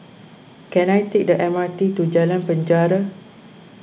can I take the M R T to Jalan Penjara